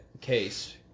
case